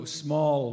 small